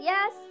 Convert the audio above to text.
Yes